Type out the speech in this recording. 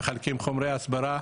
מחלקים חומרי הסברה